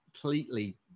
completely